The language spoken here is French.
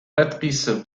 patrice